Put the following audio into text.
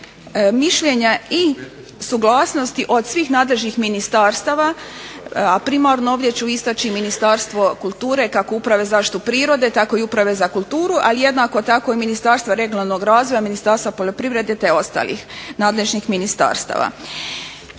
mišljenja i suglasnosti od svih nadležnih ministarstava, a primarno ovdje ću istaći Ministarstvo kulture, kako Uprave zaštite prirode, tako i Uprave za kulturu, ali jednako tako i Ministarstva regionalnog razvoja, Ministarstva poljoprivrede, te ostalih nadležnih ministarstava.